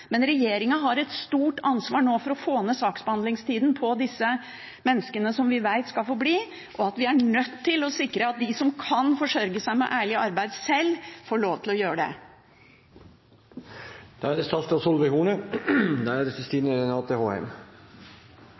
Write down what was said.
har nå et stort ansvar for å få ned saksbehandlingstida for disse menneskene som vi vet skal få bli, og vi er nødt til å sikre at de som kan forsørge seg sjøl med ærlig arbeid, får lov til å gjøre det. Jeg er veldig glad for at det er